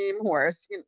horse